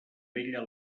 vella